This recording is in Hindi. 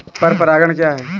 पर परागण क्या है?